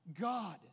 God